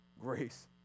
grace